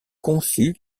conçu